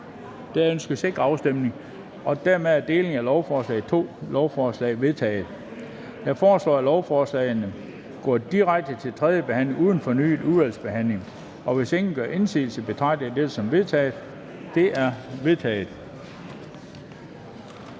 ved naturalisation)]. Delingen af lovforslaget i to lovforslag er vedtaget. Jeg foreslår, at lovforslagene går direkte til tredje behandling uden fornyet udvalgsbehandling. Hvis ingen gør indsigelse, betragter jeg det som vedtaget. Det er vedtaget.